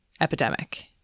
epidemic